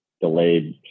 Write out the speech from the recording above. delayed